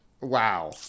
Wow